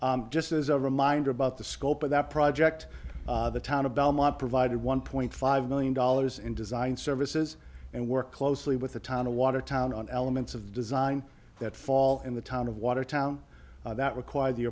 that just as a reminder about the scope of that project the town of belmont provided one point five million dollars in design services and work closely with the town of watertown on elements of design that fall in the town of watertown that require the